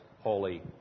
holy